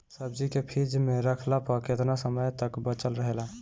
सब्जी के फिज में रखला पर केतना समय तक बचल रहेला?